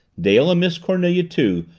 dale and miss cornelia, too,